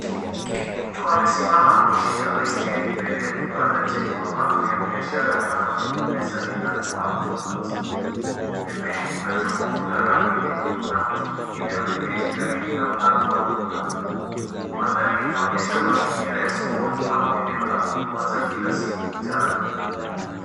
Mtu amesimama akishika baiskeli mbele ya kibanda chenye mabango ya biashara kama M-Pesa na Autoparts. Pembeni kuna jokofu la rangi nyekundu na mtu mwingine ameketi karibu na mlango wa duka. Mandhari inaonyesha mazingira ya sokoni au eneo la huduma za kila siku mitaani.